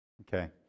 Okay